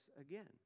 again